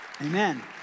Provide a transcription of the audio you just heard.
Amen